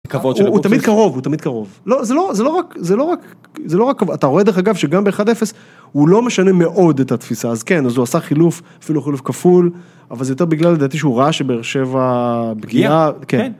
הוא תמיד קרוב, הוא תמיד קרוב. לא זה לא רק, זה לא רק, זה לא רק, אתה רואה דרך אגב, שגם ב-1-0 הוא לא משנה מאוד את התפיסה, אז כן, אז הוא עשה חילוף, אפילו חילוף כפול, אבל זה יותר בגלל, לדעתי, שהוא ראה שבאר שבע פגיעה, כן.